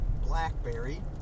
Blackberry